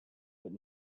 but